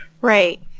right